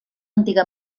antiga